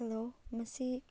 hello ꯃꯁꯤ